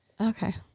Okay